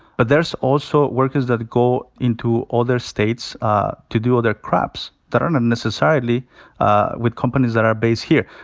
but there's also workers that go into other states to do other crops that aren't necessarily ah with companies that are based here.